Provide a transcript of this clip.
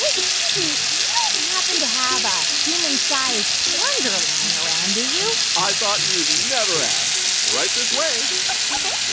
yeah excuse me. you don't happen to have a human-sized plunger lying around, do you? i thought you'd never ask. right this way oh, ok.